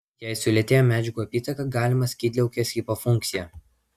jei sulėtėja medžiagų apytaka galima skydliaukės hipofunkcija